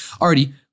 already